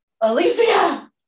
Alicia